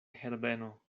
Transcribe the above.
herbeno